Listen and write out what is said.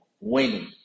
winning